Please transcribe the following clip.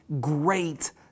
Great